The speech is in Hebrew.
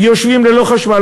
יושבים ללא חשמל.